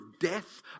death